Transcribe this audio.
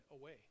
away